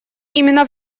именно